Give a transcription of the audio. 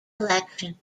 elections